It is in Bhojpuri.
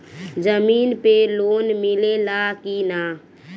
जमीन पे लोन मिले ला की ना?